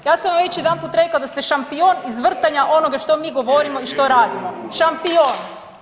Ja sam vam već jedanput rekla da ste šampion izvrtanja onoga što mi govorimo i što radimo, šampion.